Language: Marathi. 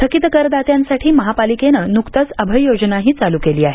थकीत करदात्यांसाठी महापालिकेनं नुकतीच अभय योजनाही लागू केली आहे